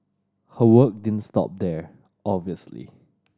her work didn't stop there obviously